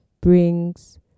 brings